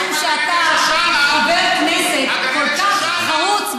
ומשום שאתה חבר כנסת כל כך חרוץ,